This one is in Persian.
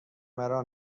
مرا